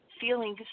feeling